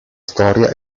storia